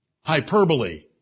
Hyperbole